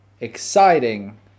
exciting